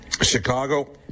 Chicago